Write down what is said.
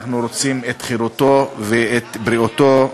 אנחנו רוצים את חירותו ואת בריאותו,